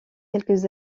quelques